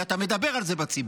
כי אתה מדבר על זה בציבור.